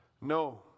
No